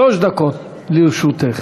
שלוש דקות לרשותך.